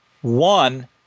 One